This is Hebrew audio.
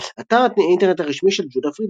אתר האינטרנט הרשמי של ג'ודה פרידלנדר